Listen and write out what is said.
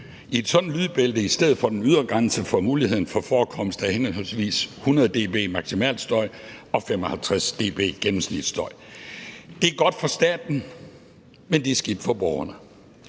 i et sådan lydbælte i stedet for en ydergrænse for muligheden for forekomst af henholdsvis 100 dB maksimalstøj og 55 dB gennemsnitsstøj. Det er godt for staten, men det er skidt for borgerne.